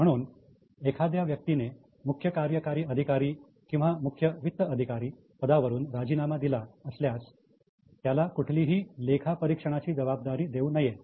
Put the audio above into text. म्हणून एखाद्या व्यक्तीने मुख्य कार्यकारी अधिकारी किंवा मुख्य वित्त अधिकारी पदावरून राजीनामा दिला असल्यास त्याला कुठलीही लेखा परीक्षणाची जबाबदारी देऊ नये